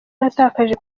natakaje